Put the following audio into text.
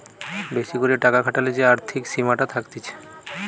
বেশি করে টাকা খাটালে যে আর্থিক সীমাটা থাকতিছে